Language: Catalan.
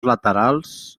laterals